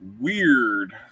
Weird